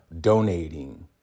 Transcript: donating